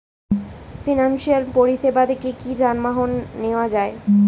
Financial পরিসেবা থেকে কি যানবাহন নেওয়া যায়?